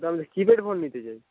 তাহলে keypad phone নিতে চাই